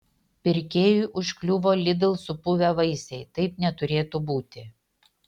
pirkėjui užkliuvo lidl supuvę vaisiai taip neturėtų būti